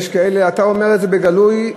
אתה אומר את זה בגלוי,